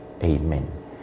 Amen